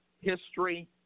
history